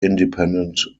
independent